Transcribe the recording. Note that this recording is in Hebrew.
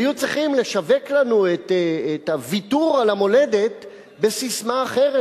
היו צריכים לשווק לנו את הוויתור על המולדת בססמה אחרת,